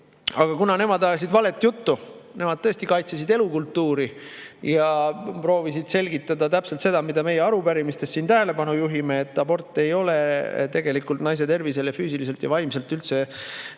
aga kuna nemad ajasid valet juttu – nemad tõesti kaitsesid elukultuuri ja proovisid selgitada täpselt seda, millele meie arupärimistes siin tähelepanu juhime, et abort ei ole tegelikult naise tervisele füüsiliselt ja vaimselt üldse